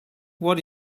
what